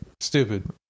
Stupid